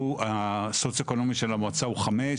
הסוציו אקונומי של המועצה הוא חמש,